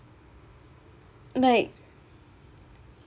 like